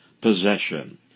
possession